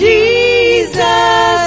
Jesus